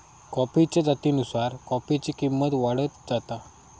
कॉफीच्या जातीनुसार कॉफीची किंमत वाढत जाता